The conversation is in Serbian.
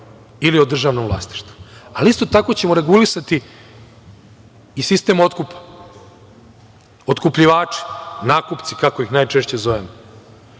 ili o državnom vlasništvu. Ali, isto tako ćemo regulisati i sistem otkupa. Otkupljivači, nakupci, kako ih često zovemo,